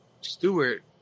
Stewart